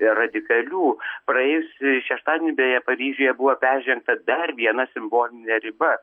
radikalių praėjusį šeštadienį beje paryžiuje buvo peržengta dar viena simbolinė riba